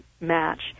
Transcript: match